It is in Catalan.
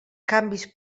canvis